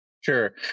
Sure